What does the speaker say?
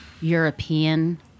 European